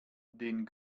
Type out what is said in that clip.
den